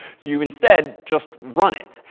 you instead just run it.